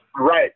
right